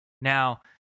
Now